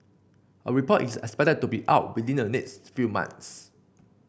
a report is expected to be out within the next few months